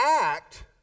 act